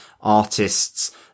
artists